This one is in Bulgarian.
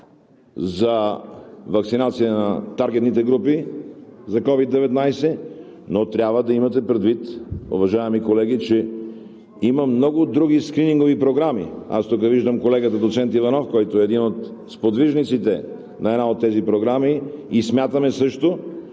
за ваксинация на таргетните групи за COVID-19. Но трябва да имате предвид, уважаеми колеги, че има много други скринингови програми. Аз тук виждам колегата доцент Иванов, който е един от сподвижниците на една от тези програми, и смятаме също,